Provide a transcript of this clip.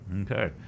Okay